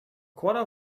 quarter